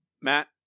Matt